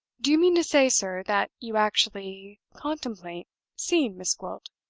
do you mean to say, sir, that you actually contemplate seeing miss gwilt?